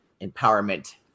empowerment